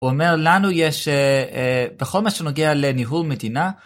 הוא אומר לנו יש, בכל מה שנוגע לניהול מדינה.